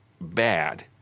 bad